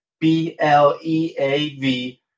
B-L-E-A-V